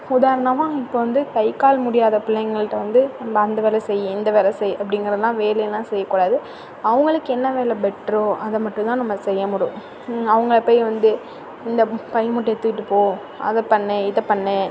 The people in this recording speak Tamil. உதாரணமாக இப்போ வந்து கை கால் முடியாத பிள்ளைங்கள்ட்ட வந்து நம்ம அந்த வேலை செய்ய இந்த வேலை செய்ய அப்படிங்கறதுலாம் வேலைலாம் செய்யக்கூடாது அவங்களுக்கு என்ன வேலை பெட்டரோ அதை மட்டும் தான் நம்ம செய்ய முடியும் அவங்களோட பையை வந்து இந்த பை மூட்டையை தூக்கிட்டு போ அதை பண்ணு இதை பண்ணு